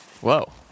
Whoa